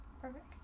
Perfect